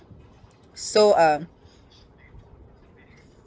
so um